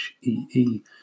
HEE